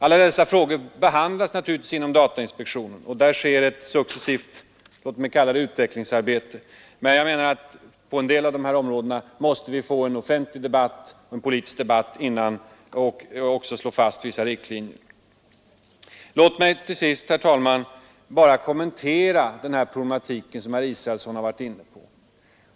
Alla dessa frågor behandlas naturligtvis inom datainspektionen, och där sker successivt, låt mig kalla det ett utvecklingsarbete. Men jag menar att vi på dessa områden också måste få till stånd en offentlig politisk debatt och slå fast vissa riktlinjer. Låt mig till sist, herr talman, bara kommentera den problematik herr Israelsson tog upp.